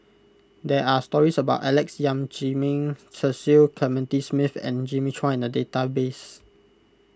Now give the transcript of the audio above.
there are stories about Alex Yam Ziming Cecil Clementi Smith and Jimmy Chua in the database